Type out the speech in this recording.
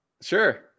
Sure